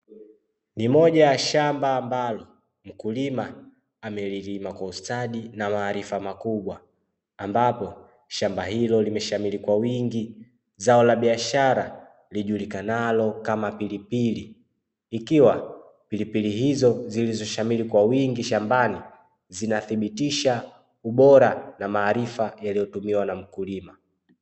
Ni moja ya shamba ambalo, mkulima amelilima kwa ustadi na maarifa makubwa. Ambapo shamba hilo limeshamiri kwa wingi, zao la biasahara lijulikanalo kama pilipili. Ikiwa pilipili hizo zilizoshamiri kwa wingi shambani, zinathibitisha ubora na maarifa yaliyotumiwa na mkulima.